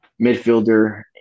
midfielder